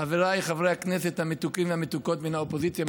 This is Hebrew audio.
חבריי חברי הכנסת המתוקים והמתוקות מן האופוזיציה,